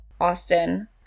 Austin